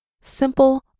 simple